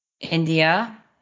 India